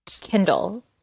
kindle